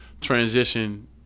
transition –